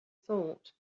thought